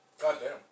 Goddamn